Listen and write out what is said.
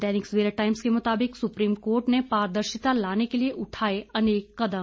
दैनिक Savera Times के मुताबिक supreme court ने पारदर्शिता लाने के लिए उठाए अनेक कदम